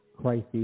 crisis